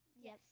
Yes